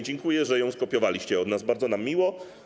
Dziękuję, że ją skopiowaliście od nas, bardzo nam miło.